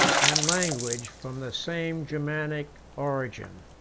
and language, from the same germanic origin.